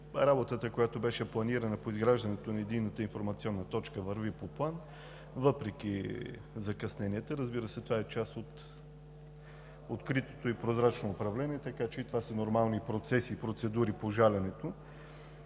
работата, която беше планирана по изграждането на Единната информационна точка, върви по план въпреки закъсненията. Разбира се, това е част от откритото и прозрачно управление, така че това са нормални процеси и процедури по жаленето.